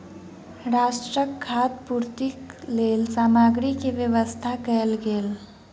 राष्ट्रक खाद्य पूर्तिक लेल सामग्री के व्यवस्था कयल गेल